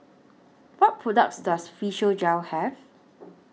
What products Does Physiogel Have